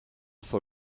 for